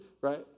right